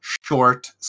short